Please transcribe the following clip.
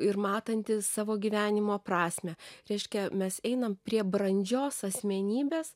ir matanti savo gyvenimo prasmę reiškia mes einam prie brandžios asmenybės